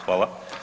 Hvala.